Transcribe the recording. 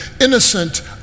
innocent